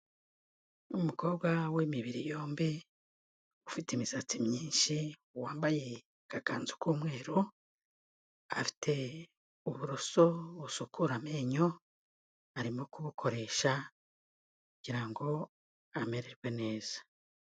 Umukobwa w'imibiri yombi, ufite imisatsi myinshi, wambaye agakanzu k'umweru, afite uburoso busukura amenyo, arimo kubukoresha kugira ngo amererwe neza.